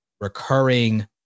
recurring